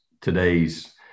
today's